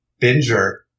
binger